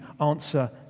answer